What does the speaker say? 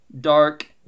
dark